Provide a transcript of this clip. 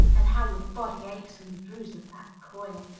and how your body aches from the bruise of that recoil!